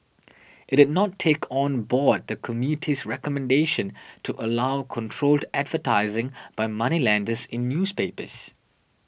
it did not take on board the committee's recommendation to allow controlled advertising by moneylenders in newspapers